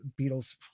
Beatles